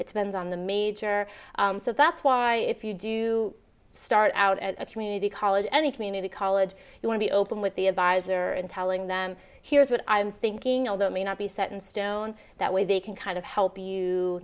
it depends on the major so that's why if you do start out at a community college any community college you want be open with the advisor and telling them here's what i'm thinking although it may not be set in stone that way they can kind of help you